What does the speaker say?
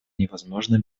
невозможно